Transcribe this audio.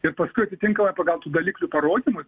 ir paskui atitinkamai pagal tų daliklių parodymus